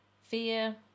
fear